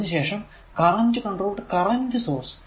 അതിനു ശേഷം current controlled current source